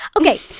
Okay